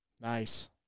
Nice